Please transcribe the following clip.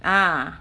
ah